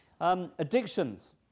Addictions